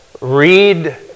Read